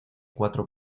cuatro